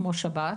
כמו שבת,